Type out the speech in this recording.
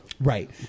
Right